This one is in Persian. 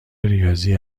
ریاضی